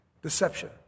Deception